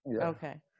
Okay